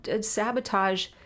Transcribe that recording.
sabotage